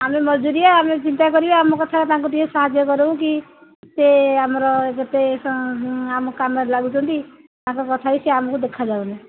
ଆମେ ମଜୁରିଆ ଆମେ ଚିନ୍ତା କରିବା ଆମ କଥା ତାଙ୍କୁ ଟିକେ ସାହାଯ୍ୟ କରୁ କି ସେ ଆମର କେତେ ଆମ କାମରେ ଲାଗୁଛନ୍ତି ତାଙ୍କ କଥାରେ ସେ ଆମକୁ ଦେଖାଯାଉନି